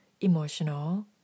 emotional